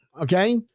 okay